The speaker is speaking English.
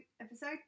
episode